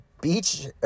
beach